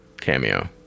cameo